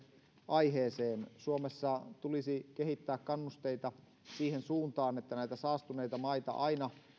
aiheeseen suomessa tulisi kehittää kannusteita siihen suuntaan että näitä saastuneita maita aina